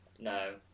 No